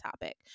Topic